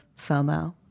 FOMO